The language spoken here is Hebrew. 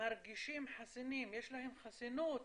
מרגישים חסינים, יש להם חסינות